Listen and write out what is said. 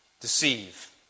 deceive